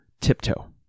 tiptoe